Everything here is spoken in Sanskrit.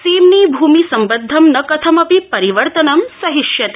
सीम्नि भूमिसम्बद्धं न कथमपि परिवर्तनं सहिष्यते